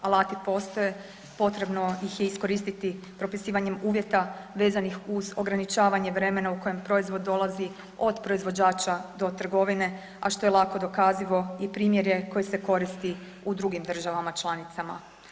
Alati postoje, potrebno ih je iskoristiti propisivanjem uvjeta vezanih uz ograničavanje vremena u kojem proizvod dolazi od proizvođača do trgovine, a što je lako dokazivo i primjer je koji se koristi u drugim državama članicama.